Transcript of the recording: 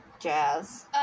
jazz